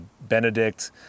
Benedict